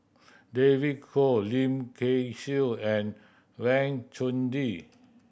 David Kwo Lim Kay Siu and Wang Chunde